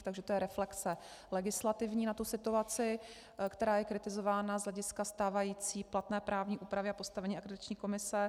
Takže to je reflexe legislativní na tu situaci, která je kritizována z hlediska stávající platné právní úpravy a postavení Akreditační komise.